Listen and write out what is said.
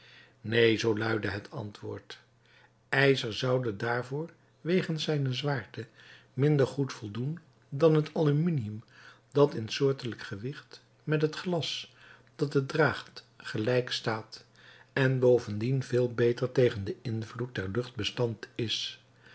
neen zoo luidde het antwoord ijzer zoude daarvoor wegens zijne zwaarte minder goed voldoen dan het aluminium dat in soortelijk gewicht met het glas dat het draagt gelijk staat en bovendien veel beter tegen den invloed der lucht bestand is